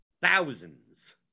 thousands